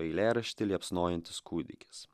eilėraštį liepsnojantis kūdikis